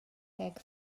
deg